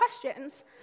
questions